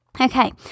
Okay